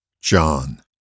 John